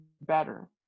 better